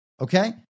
okay